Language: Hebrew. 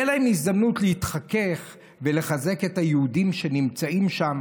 תהיה להם הזדמנות להתחכך ולחזק את היהודים שנמצאים שם,